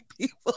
people